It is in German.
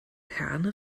herne